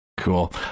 Cool